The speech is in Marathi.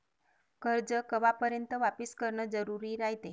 कर्ज कवापर्यंत वापिस करन जरुरी रायते?